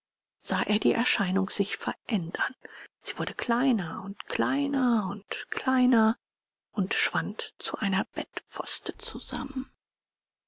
sah er die erscheinung sich verändern sie wurde kleiner und kleiner und kleiner und schwand zu einer bettpfoste zusammen